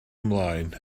ymlaen